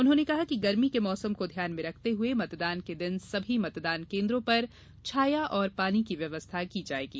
उन्होंने कहा कि गर्मी के मौसम को ध्यान में रखते हुए मतदान के दिन सभी मतदान केन्द्रों पर छाया और पानी की व्यवस्था की जायेगी